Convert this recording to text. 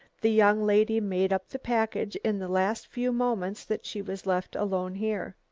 the young lady made up the package in the last few moments that she was left alone here.